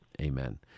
amen